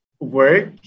work